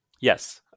yes